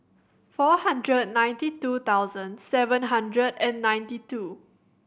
four hundred ninety two thousand seven hundred and ninety two